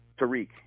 Tariq